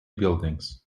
buildings